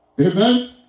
Amen